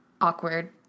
awkward